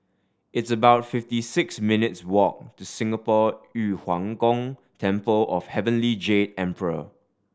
it's about fifty six minutes' walk to Singapore Yu Huang Gong Temple of Heavenly Jade Emperor